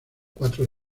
cuatro